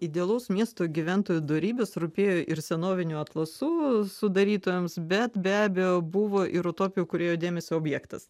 idealaus miesto gyventojų dorybės rūpėjo ir senovinių atlasų sudarytojams bet be abejo buvo ir utopijų kūrėjų dėmesio objektas